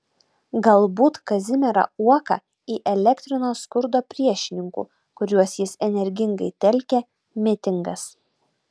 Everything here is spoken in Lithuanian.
galbūt kazimierą uoką įelektrino skurdo priešininkų kuriuos jis energingai telkė mitingas